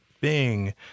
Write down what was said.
Bing